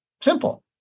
Simple